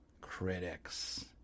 critics